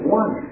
one